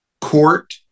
court